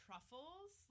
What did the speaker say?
Truffles